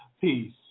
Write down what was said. Peace